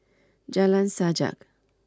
Jalan Sajak